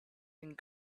and